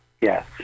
Yes